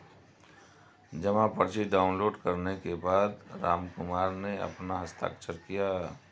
जमा पर्ची डाउनलोड करने के बाद रामकुमार ने अपना हस्ताक्षर किया